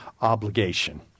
obligation